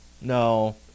No